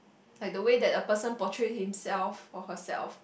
like the way that a person portray himself or herself